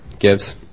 gives